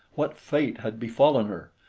what fate had befallen her?